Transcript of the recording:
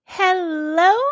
hello